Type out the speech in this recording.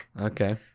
okay